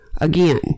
Again